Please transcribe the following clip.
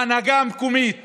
ההנהגה המקומית